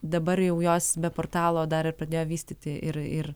dabar jau jos be portalo dar ir pradėjo vystyti ir ir